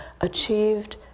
achieved